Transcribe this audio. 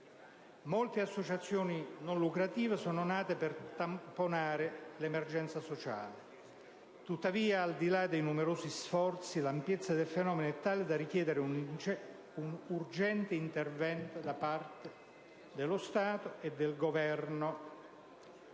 Molte associazioni a scopo non lucrativo sono nate per tamponare l'emergenza sociale. Tuttavia, al di là dei numerosi sforzi, l'ampiezza del fenomeno è tale da richiedere un urgente intervento da parte dello Stato e del Governo.